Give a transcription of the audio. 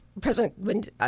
President